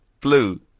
blue